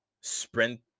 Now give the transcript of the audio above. sprint